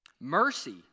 Mercy